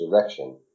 direction